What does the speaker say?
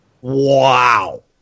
Wow